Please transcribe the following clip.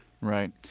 Right